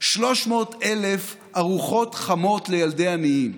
300,000 ארוחות חמות לילדי עניים.